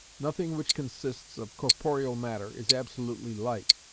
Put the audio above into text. nothing which consists of corporeal matter is absolutely light,